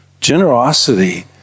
Generosity